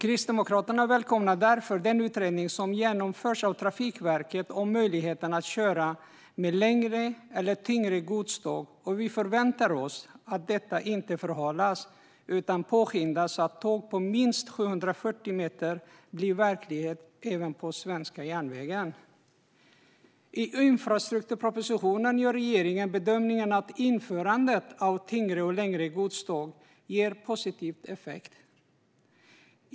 Kristdemokraterna välkomnar därför den utredning som har genomförts av Trafikverket om möjligheten att köra med längre eller tyngre godståg. Vi förväntar oss att detta inte förhalas utan påskyndas så att tåg på minst 740 meter blir verklighet även på svenska järnvägar. I infrastrukturpropositionen gör regeringen bedömningen att införandet av tyngre och längre godståg ger positiv effekt.